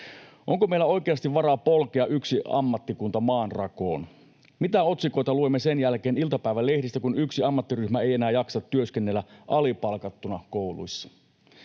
Onko meillä oikeasti varaa polkea yksi ammattikunta maanrakoon? Mitä otsikoita luemme sen jälkeen iltapäivälehdistä, kun yksi ammattiryhmä ei enää jaksa työskennellä alipalkattuna kouluissa?